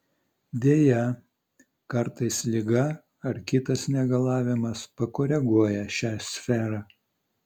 deja kartais liga ar kitas negalavimas pakoreguoja šią sferą